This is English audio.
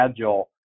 agile